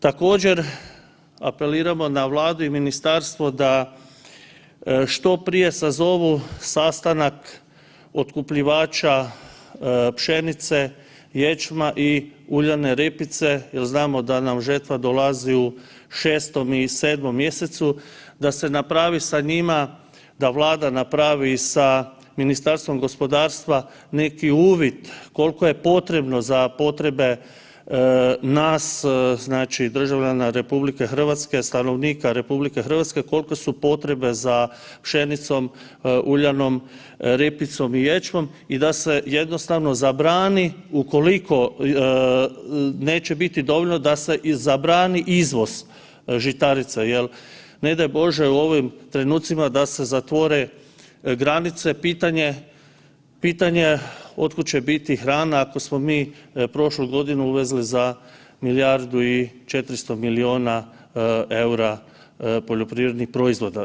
Također, apeliramo na Vladu i ministarstvo da što prije sazovu sastanak otkupljivača pšenice, ječma i uljane repice jer znamo da nam žetva dolazi u 6. i 7. mj., da se napravi sa njima, da Vlada napravi sa Ministarstvom gospodarstva neki uvid koliko je potrebno za potrebe nas znači državljana RH, stanovnika RH, koliko su potrebe za pšenicom, uljanom repicom i ječmom i da se jednostavno zabrani, ukoliko neće biti dovoljno, da se i zabrani izvoz žitarica jer, ne daj Bože u ovim trenucima da se zatvore granice, pitanje od kud će biti hrana ako smo mi prošlu godinu uvezli za milijardu i 400 milijuna eura poljoprivrednih proizvodna.